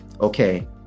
okay